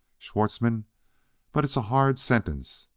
schwartzmann but it's a hard sentence,